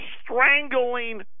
strangling